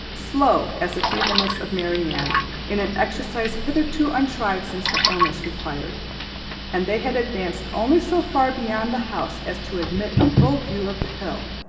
slow as the feebleness of marianne in an exercise hitherto untried since her illness required and they had advanced only so far beyond the house as to admit a full view of the hill,